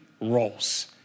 roles